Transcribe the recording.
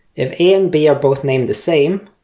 if a and b are both named the same,